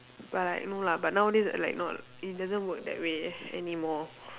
but no lah but nowadays like not it doesn't work that way anymore